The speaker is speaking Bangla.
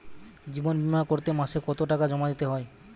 জীবন বিমা করতে মাসে কতো টাকা জমা দিতে হয়?